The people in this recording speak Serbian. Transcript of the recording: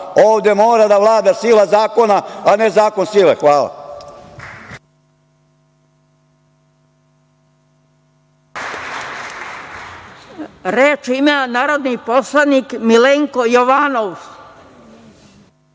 Ovde mora da vlada sila zakona, a ne zakon sile. Hvala.